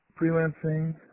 freelancing